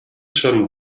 john